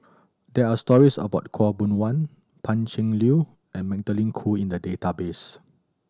there are stories about Khaw Boon Wan Pan Cheng Lui and Magdalene Khoo in the database